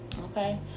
Okay